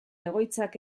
egoitzak